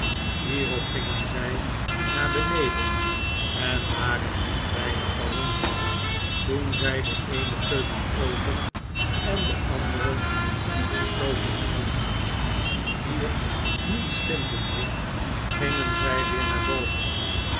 hierop gingen zij naar beneden en waren niet weinig verwonderd toen zij de eene keuken open en de andere goed gesloten vonden hier niets vindende gingen zij weer naar boven